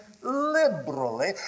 liberally